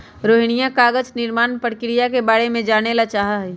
रोहिणीया कागज निर्माण प्रक्रिया के बारे में जाने ला चाहा हई